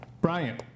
Brian